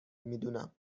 میدونم